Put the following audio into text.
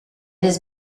has